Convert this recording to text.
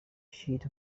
sheet